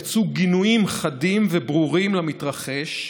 יצאו גינויים חדים וברורים של המתרחש,